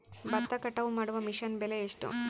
ಭತ್ತ ಕಟಾವು ಮಾಡುವ ಮಿಷನ್ ಬೆಲೆ ಎಷ್ಟು?